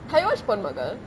have you watched ponmagal